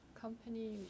Company